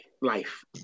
life